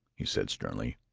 he said sternly.